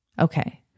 Okay